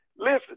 Listen